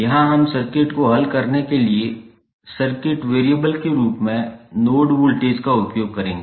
यहां हम सर्किट को हल करने के लिए सर्किट चर के रूप में नोड वोल्टेज का उपयोग करेंगे